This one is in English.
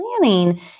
planning